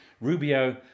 Rubio